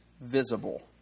visible